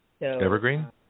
Evergreen